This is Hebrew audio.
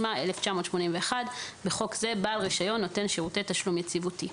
התשמ"א-1981 (בחוק זה בעל רישיון נותן שירותי תשלום יציבותי)".